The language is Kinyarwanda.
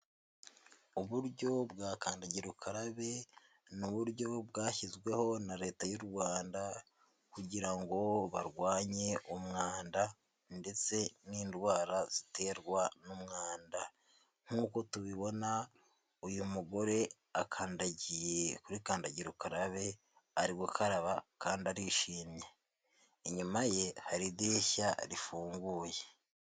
Uburyo bwa kandagira ukarabe ni uburyo bwashyizweho na Leta y'u Rwanda kugira ngo barwanye umwanda ndetse n'indwara ziterwa n'umwanda. Nk'uko tubibona, uyu mugore akandagiye kuri kandagira ukarabe, ari gukaraba kandi arishimye, inyuma ye hari idirishya rifunguye.